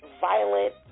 violent